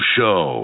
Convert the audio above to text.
Show